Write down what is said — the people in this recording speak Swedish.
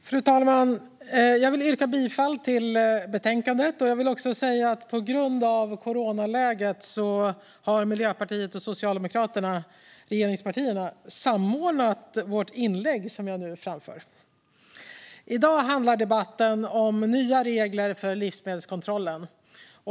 Fru talman! Jag vill yrka bifall till förslaget i betänkandet och vill också säga att på grund av coronaläget har Miljöpartiet och Socialdemokraterna, regeringspartierna, samordnat sig i ett gemensamt inlägg som jag nu framför. I dag handlar debatten om nya regler för livsmedelskontrollen.